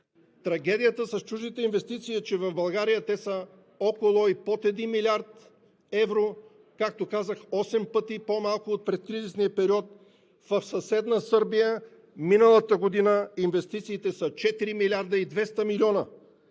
Трагедията с чуждите инвестиции е, че в България те са около и под 1 млрд. евро, както казах: осем пъти по малко от предкризисния период. В съседна Сърбия миналата година инвестициите са 4 милиарда и 200 милиона.